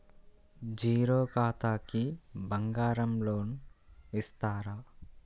Zero ఖాతాకి బంగారం loan ఇస్తారా?